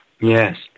Yes